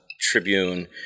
tribune